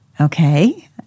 okay